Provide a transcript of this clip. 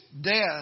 death